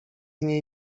niej